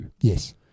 Yes